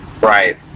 Right